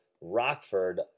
Rockford